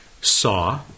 saw